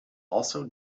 also